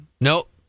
Nope